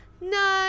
No